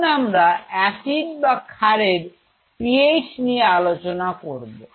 এখন আমরা এসিড বা ক্ষার এর PH নিয়ে আলোচনা করব